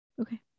Okay